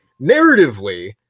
Narratively